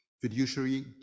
fiduciary